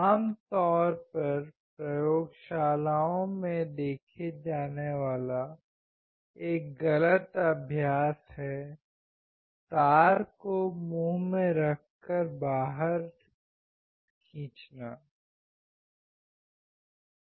आमतौर पर प्रयोगशालाओं में देखा जाने वाला एक गलत अभ्यास है तार को मुंह में रखकर बाहर निकाल देना